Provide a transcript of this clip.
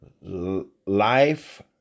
life